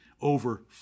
over